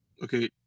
Okay